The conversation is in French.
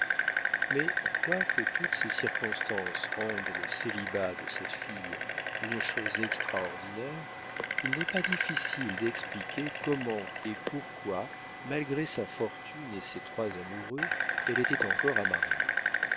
mais quoique toutes ces circonstances rendent le célibat de cette fille une chose extraordinaire il n'est pas difficile d'expliquer comment et pourquoi malgré sa fortune et ses trois amoureux elle était encore à marier